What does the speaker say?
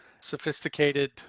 sophisticated